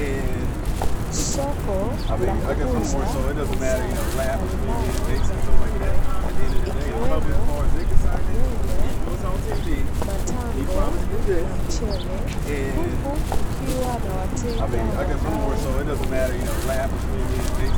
Soko la kuuza bidhaa mbalimbali za kilimo ikiwemo; nyanya, matango na mchele huku kukiwa na wateja wanao nunua.